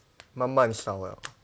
慢慢少 liao